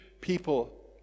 people